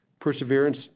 perseverance